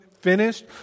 Finished